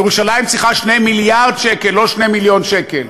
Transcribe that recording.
ירושלים צריכה 2 מיליארד שקל, לא 2 מיליון שקל.